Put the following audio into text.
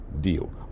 deal